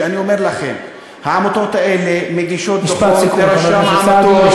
שאני אומר לכם: העמותות האלה מגישות דוחות לרשם העמותות,